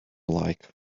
like